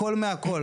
הכל מהכל.